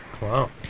Wow